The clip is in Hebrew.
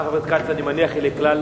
אני מניח שהצעתך,